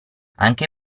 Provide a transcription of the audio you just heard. anche